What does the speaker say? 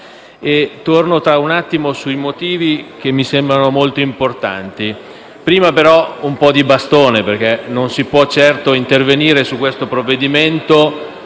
relatore e ne spiego le motivazioni che mi sembrano molto importanti. Prima, però, un po' di "bastone", perché non si può certo intervenire su questo provvedimento